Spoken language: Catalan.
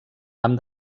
amb